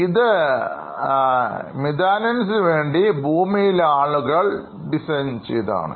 ഇത് Methaniansവേണ്ടി ഭൂമിയിലെ ആളുകൾ ഡിസൈൻ ചെയ്തതാണ്